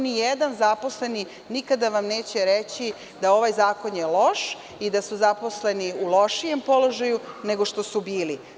Nijedan zaposleni nikada vam neće reći da je ovaj zakon loš i da su zaposleni u lošijem položaju nego što su bili.